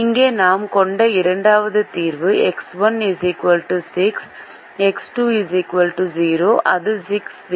இங்கே நாம் கொண்ட இரண்டாவது தீர்வு எக்ஸ் 1 6 எக்ஸ் 2 0 இது 60